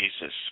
Jesus